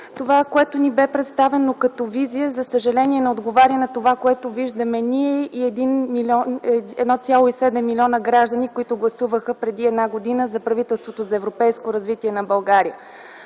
Това, което ни бе представено като визия, за съжаление не отговаря на това, което виждаме ние и 1,7 милиона граждани, които гласуваха преди една година за правителството за европейско развитие на България.